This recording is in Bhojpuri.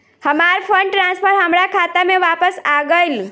हमार फंड ट्रांसफर हमार खाता में वापस आ गइल